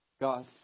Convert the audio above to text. God